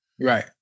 Right